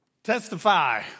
Testify